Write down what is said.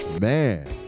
Man